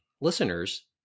listeners